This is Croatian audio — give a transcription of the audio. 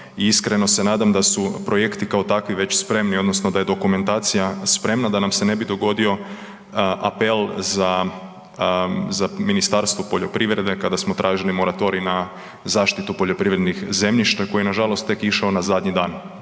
i iskreno se nadam da su projekti kao takvi već spremni, odnosno da je dokumentacija spremna da nam se ne bi dogodio apel za Ministarstvo poljoprivrede kada smo tražili moratorij na zaštitu poljoprivrednih zemljišta, koji je nažalost tek išao na zadnji dan,